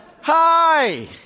Hi